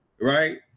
right